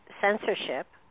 censorship